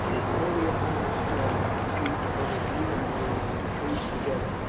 if only a hundred strong, to keep, and if needs be, retreat together.